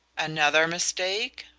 another mistake?